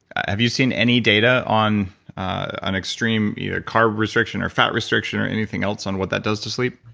have you seen any data on on extreme, either carb restriction or fat restriction or anything else on what that does to sleep?